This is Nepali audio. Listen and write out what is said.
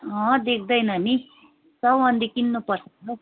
अँ देख्दैन नि चौबन्दी किन्नुपर्ने छ हौ